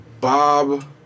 Bob